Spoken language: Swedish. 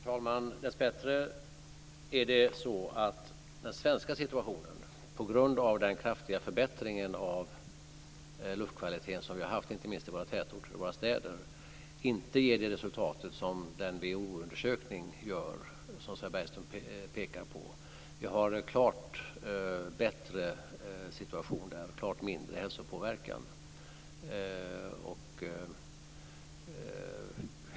Herr talman! Dessbättre är den svenska situationen, på grund av den kraftiga förbättring av luftkvaliteten som vi har haft inte minst i våra tätorter och städer, inte som resultatet i den WHO-undersökning som Sven Bergström pekar på. Vi har en klart bättre situation, en klart mindre hälsopåverkan.